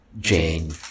Jane